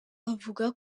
avuga